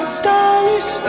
stylish